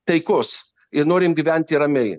taikos ir norim gyventi ramiai